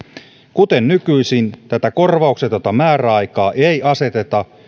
kuten nykyisin tätä korvauksetonta määräaikaa ei aseteta